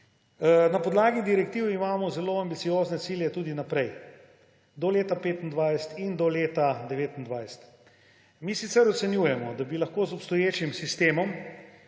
Na podlagi direktiv imamo zelo ambiciozne cilje tudi za prihodnje, do leta 2025 in do leta 2029. Mi sicer ocenjujemo, da bi lahko z obstoječim sistemom